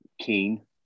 keen